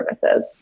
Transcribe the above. services